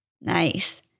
Nice